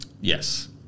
Yes